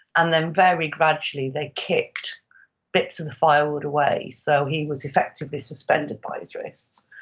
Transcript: and then very gradually they kicked bits of the firewood away so he was effectively suspended by his wrists.